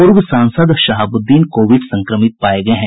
पूर्व सांसद शहाबुद्दीन कोविड संक्रमित पाये गये हैं